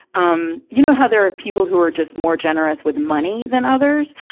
um you know how there are people who are just more generous with money than others?